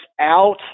out